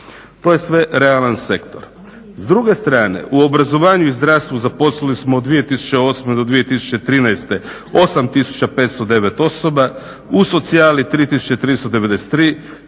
To je sve realan sektor. S druge strane u obrazovanju i zdravstvu zaposlili smo od 2008. do 2013. 8509 osoba, u socijali 3393.